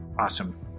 Awesome